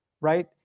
right